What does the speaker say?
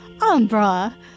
Umbra